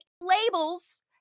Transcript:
labels